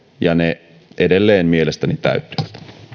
ja ne edelleen mielestäni täyttyvät